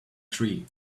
tree